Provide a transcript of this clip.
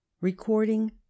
Recording